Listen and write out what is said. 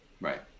Right